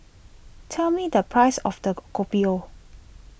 tell me the price of Kopi O